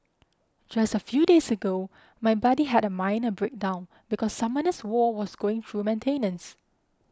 just a few days ago my buddy had a minor breakdown because Summoners War was going through maintenance